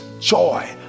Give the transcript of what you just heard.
joy